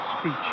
speech